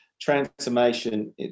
transformation